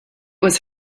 was